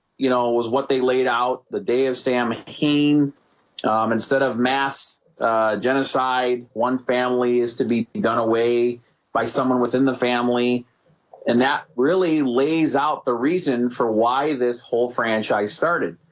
you know was what they laid out the day of samhain um instead of mass genocide one family is to be done away by someone within the family and that really lays out the reason for why this whole franchise started,